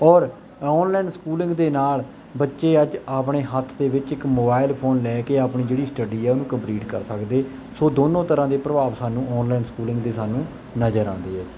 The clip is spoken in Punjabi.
ਔਰ ਆਨਲਾਈਨ ਸਕੂਲਿੰਗ ਦੇ ਨਾਲ ਬੱਚੇ ਅੱਜ ਆਪਣੇ ਹੱਥ ਦੇ ਵਿੱਚ ਇੱਕ ਮੋਬਾਈਲ ਫੋਨ ਲੈ ਕੇ ਆਪਣੀ ਜਿਹੜੀ ਸਟੱਡੀ ਐ ਉਹਨੂੰ ਕੰਪਲੀਟ ਕਰ ਸਕਦੇ ਸੋ ਦੋਨੋਂ ਤਰ੍ਹਾਂ ਦੇ ਪ੍ਰਭਾਵ ਸਾਨੂੰ ਆਨਲਾਈਨ ਸਕੂਲਿੰਗ ਦੇ ਸਾਨੂੰ ਨਜ਼ਰ ਆਉਂਦੇ ਆ ਜੀ